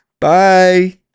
Bye